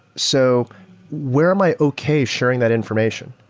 so where am i okay sharing that information?